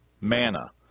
manna